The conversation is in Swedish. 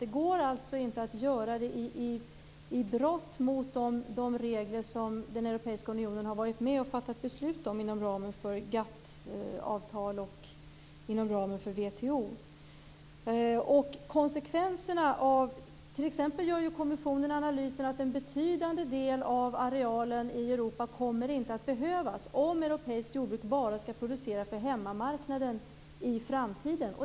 Det går alltså inte att göra det i brott mot de regler som den europeiska unionen har varit med om att fatta beslut om inom ramen för Kommissionen gör ju t.ex. analysen att en betydande del av arealen i Europa inte kommer att behövas om europeiskt jordbruk bara skall producera för hemmamarknaden i framtiden.